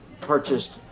purchased